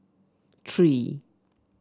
three